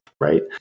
right